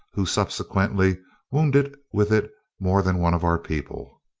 who subsequently wounded with it more than one of our people.